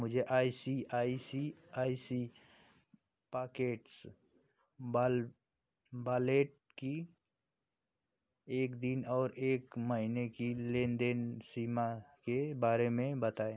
मुझे I C I C I C pockets बाल wallet की एक दिन और एक महीने की लेन देन सीमा के बारे में बताएँ